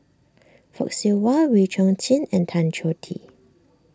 Fock Siew Wah Wee Chong Jin and Tan Choh Tee